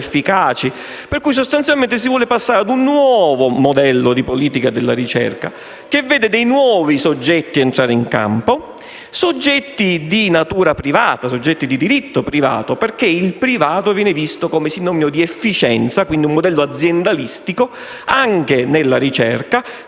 efficaci. Sostanzialmente si vuole passare a un nuovo modello di politica della ricerca, che vede entrare in campo dei nuovi soggetti, di natura privata e di diritto privato, perché il privato viene visto come sinonimo di efficienza, quindi un modello aziendalistico anche nella ricerca,